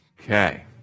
Okay